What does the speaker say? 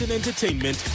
entertainment